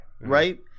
right